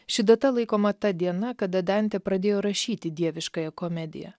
ši data laikoma ta diena kada dantė pradėjo rašyti dieviškąją komediją